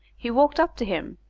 he walked up to him,